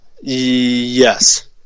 Yes